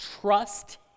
trust